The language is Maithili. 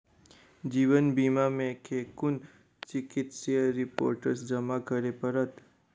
जीवन बीमा मे केँ कुन चिकित्सीय रिपोर्टस जमा करै पड़त?